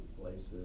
places